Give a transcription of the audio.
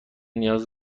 نیاز